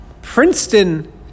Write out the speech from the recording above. Princeton